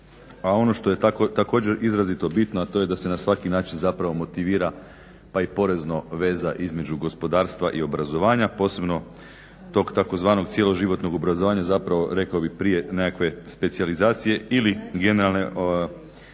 ono što je također izrazito bitno a to je da se na svaki način motivira pa i porezno veza između gospodarstva i obrazovanja posebno tog tzv. cjeloživotnog obrazovanja zapravo rekao bih prije nekakve specijalizacije ili generalnog